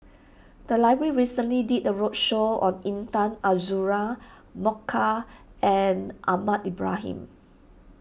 the library recently did a roadshow on Intan Azura Mokhtar and Ahmad Ibrahim